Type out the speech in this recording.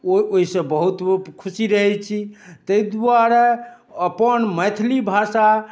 ओ ओइसँ बहुत खुशी रहै छी तै दुआरे अपन मैथिली भाषा